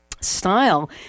style